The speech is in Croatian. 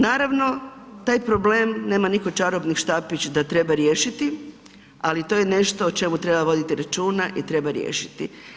Naravno taj problem, nema nitko čarobni štapić da treba riješiti, ali to je nešto o čemu treba voditi računa i treba riješiti.